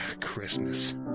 Christmas